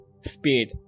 speed